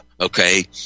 Okay